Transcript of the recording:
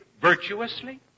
virtuously